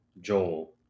Joel